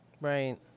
right